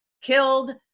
killed